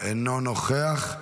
אינו נוכח.